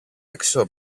έξω